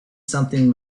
something